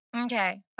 Okay